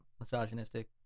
misogynistic